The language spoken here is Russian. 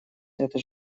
это